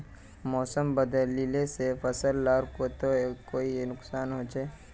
मौसम बदलिले से फसल लार केते कोई नुकसान होचए?